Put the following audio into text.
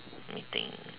let me think